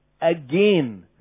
Again